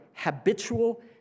Habitual